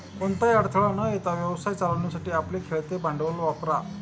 कोणताही अडथळा न येता व्यवसाय चालवण्यासाठी आपले खेळते भांडवल वापरा